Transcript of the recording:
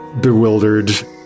bewildered